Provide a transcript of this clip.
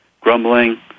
grumbling